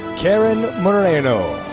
karen moreno.